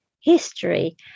history